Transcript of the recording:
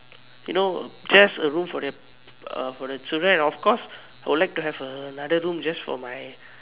you know just a room for the uh for the children and of course also I would like to have a room just for my